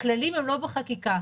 הכללים הם לא בחקיקה.